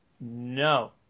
No